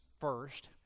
first